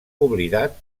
oblidat